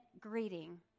greeting